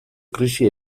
krisi